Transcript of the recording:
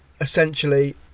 essentially